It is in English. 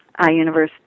iUniverse